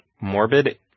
Morbid